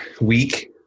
week